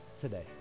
today